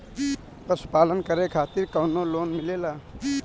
पशु पालन करे खातिर काउनो लोन मिलेला?